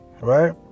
right